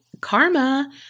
karma